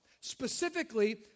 Specifically